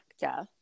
factor